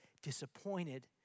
disappointed